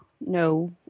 no